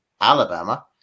Alabama